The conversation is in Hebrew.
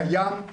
קיים,